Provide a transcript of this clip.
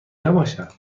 نباشد